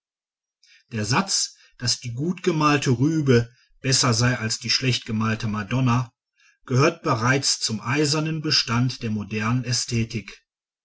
der satz daß die gutgemalte rübe besser sei als die schlechtgemalte madonna gehört bereits zum eisernen bestand der modernen